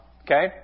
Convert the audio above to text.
Okay